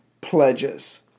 pledges